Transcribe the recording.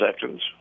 seconds